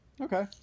Okay